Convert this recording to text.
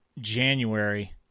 January